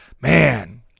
Man